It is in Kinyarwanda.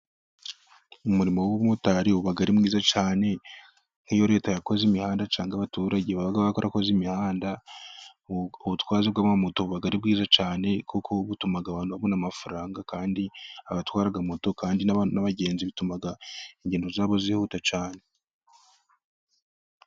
Umurimo w'ubumotari uba ari mwiza cyane. Nk'iyo leta yakoze imihanda cyangwa abaturage bakoze imihanda ubutwazi bw'amamoto buba ari bwiza cyane kuko butuma abantu babona amafaranga kandi abatwara moto kandi n'abagenzi bituma ingendo zabo zihuta cyane.